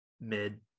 mid